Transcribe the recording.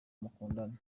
mukundana